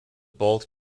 both